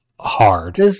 hard